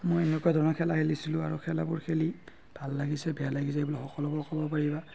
মই এনেকুৱা ধৰণৰ খেলা খেলিছিলোঁ আৰু খেলাবোৰ খেলি ভাল লাগিছে বেয়া লাগিছে এই বিলাক সকলোবোৰ ক'ব পাৰিবা